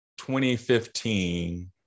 2015